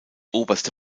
oberste